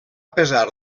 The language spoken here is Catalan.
pesar